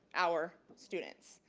our students.